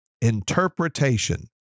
Interpretation